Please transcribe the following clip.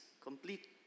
complete